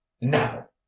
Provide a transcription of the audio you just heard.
now